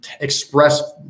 express